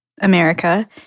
America